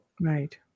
Right